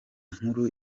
nkuru